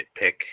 nitpick